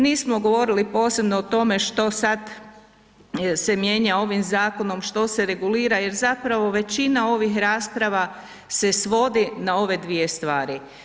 Nismo govorili posebno o tome što sad se mijenja ovim zakonom, što se regulira jer zapravo većina ovih rasprava se svodi na ove dvije stvari.